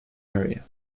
area